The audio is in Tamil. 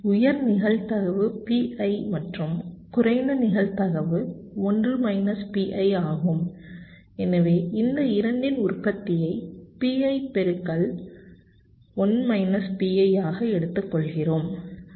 உயர் நிகழ்தகவு Pi மற்றும் குறைந்த நிகழ்தகவு 1 மைனஸ் Pi ஆகும் எனவே இந்த இரண்டின் உற்பத்தியை Pi பெருக்கல் 1 மைனஸ் Pi ஆக எடுத்துக்கொள்கிறேன்